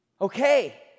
okay